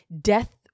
death